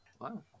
Wow